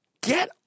get